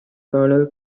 kernel